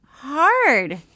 Hard